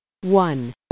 One